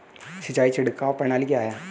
सिंचाई छिड़काव प्रणाली क्या है?